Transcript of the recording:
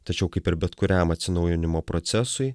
tačiau kaip ir bet kuriam atsinaujinimo procesui